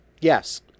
Yes